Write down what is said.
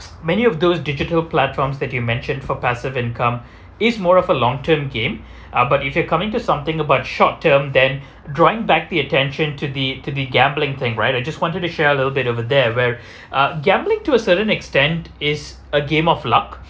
many of those digital platforms that you mentioned for passive income is more of a long term game ah but if you're coming to something about short term then drawing back the attention to the to the gambling thing right I just wanted to share a little bit over there where uh gambling to a certain extent is a game of luck